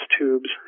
tubes